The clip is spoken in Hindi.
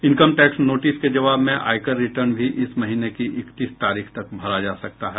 इनकम टैक्स नोटिस के जवाब में आयकर रिटर्न भी इस महीने की इकतीस तारीख तक भरा जा सकता है